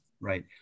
Right